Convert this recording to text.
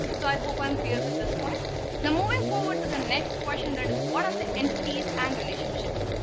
so i hope i'm clear with this point now moving forward to the next question that is what are the entities and relationships.